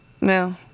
No